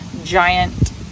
giant